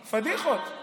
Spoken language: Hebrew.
פדיחות.